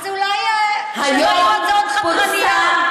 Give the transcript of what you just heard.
אז אולי שלא יהיו הצעות חתרניות.